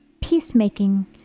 peacemaking